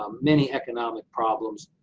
um many economic problems.